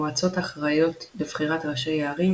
המועצות אחראיות לבחירת ראשי הערים,